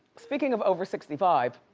speaking of over sixty five.